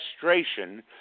frustration